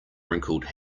wrinkled